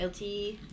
LT